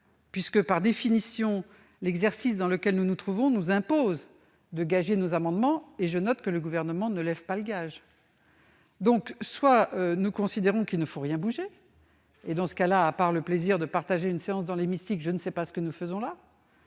puisque, par définition, l'exercice auquel nous nous livrons nous impose de gager nos amendements. Or je note que le Gouvernement ne lève pas le gage ... Soit nous considérons qu'il ne faut rien changer, et dans ce cas-là, à part le plaisir de partager une séance dans l'hémicycle, je ne sais pas ce que nous faisons là